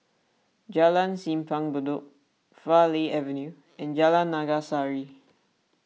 Jalan Simpang Bedok Farleigh Avenue and Jalan Naga Sari